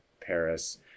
Paris